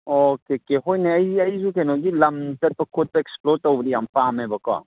okay ꯀꯦ ꯍꯣꯏꯅꯦ ꯑꯩꯁꯨ ꯀꯩꯅꯣꯒꯤ ꯂꯝ ꯆꯠꯄ ꯈꯣꯠꯄ ꯑꯦꯛꯁꯄ꯭ꯂꯣꯔ ꯇꯧꯕꯗꯤ ꯌꯥꯝ ꯄꯥꯝꯃꯦꯕꯀꯣ